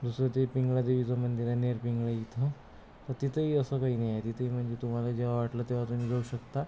जसं ते पिंगळादेवीचं मंदिर आहे नेरपिंगळाई इथं तर तिथेही असं काही नाही आहे तिथेही म्हणजे तुम्हाला जेव्हा वाटलं तेव्हा तुम्ही जाऊ शकता